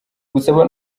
gusaba